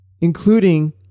Including